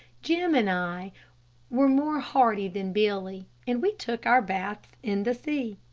jim and i were more hardy than billy, and we took our baths in the sea.